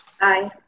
Aye